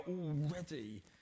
already